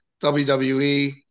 WWE